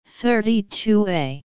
32A